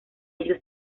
ellos